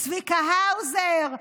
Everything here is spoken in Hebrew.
מתן כהנא, צביקה האוזר,